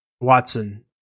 Watson